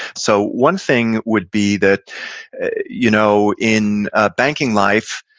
so one thing would be that you know in banking life,